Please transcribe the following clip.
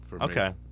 Okay